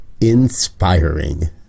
inspiring